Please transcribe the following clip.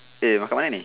eh makan mana ni